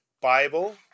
Bible